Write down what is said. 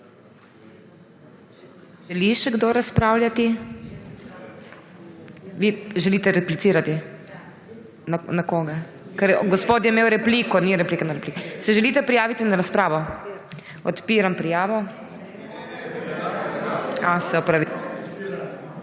Želi še kdo razpravljati? Vi želite replicirati? Na koga? Gospod je imel repliko. Ni replike na repliko. Se želite prijaviti na razpravo? Odpiram prijavo. / oglašanje